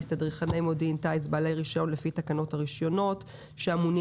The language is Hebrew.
תדריכני מודיעין טיס בעלי רישיון לפי תקנות הרישיונות שאמונים